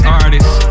artist